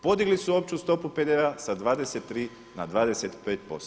Podigli su opću stopu PDV-a sa 23 na 25%